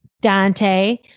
Dante